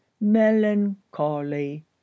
melancholy